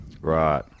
Right